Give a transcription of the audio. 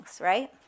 right